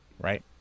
right